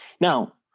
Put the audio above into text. now,